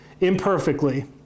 imperfectly